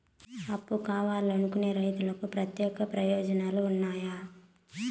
అప్పు కావాలనుకునే రైతులకు ప్రత్యేక ప్రయోజనాలు ఉన్నాయా?